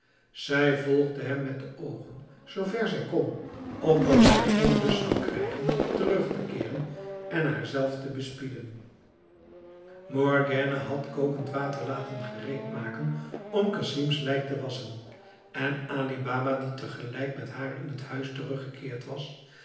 zij volgde hem met de oogen zoo ver zij kon opdat hij geen lust zou krijgen terug te keeren en haarzelf te bespieden morgiane had kokend water laten gereedmaken om casim's lijk te wasschen en ali baba die tegelijk met haar in het huis teruggekeerd was